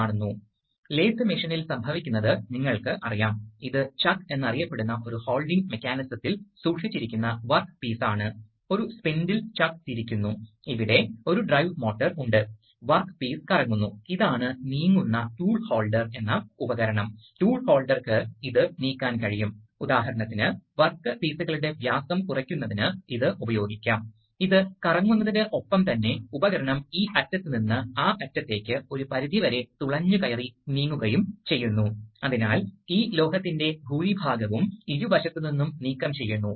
അതിനാൽ പൈലറ്റ് മർദ്ദം ഇല്ലാതിരിക്കുമ്പോൾ ഒരു സ്പ്രിങ് ഉണ്ട് ശരിയാണ് അതിനാൽ അത് സ്പ്രിംഗ് ലോഡുചെയ്തതാണ് അതിനാൽ പൈലറ്റ് സമ്മർദ്ദം ഇല്ലാതിരിക്കുമ്പോൾ ഈ സ്പ്രിംഗ് അതിനെ മുകളിലേക്ക് തള്ളിവിടാൻ പോകുന്നുവെന്നും ഇത് അടയ്ക്കാൻ പോകുന്നുവെന്നും കാണാൻ സാധിക്കും അതിനാൽ വാൽവ് ഇരുവശത്തും അടച്ചിരിക്കുന്നു